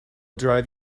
drive